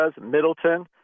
Middleton